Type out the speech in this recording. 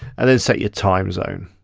and then set your time zone.